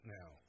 now